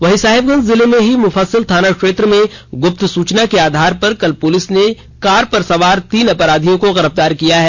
वहीं साहिबगंज जिले में ही मुफस्सिल थाना क्षेत्र में गुप्त सूचना के आधार पर कल पुलिस ने कार पर सवार तीन अपराधियों को गिरफ्तार किया है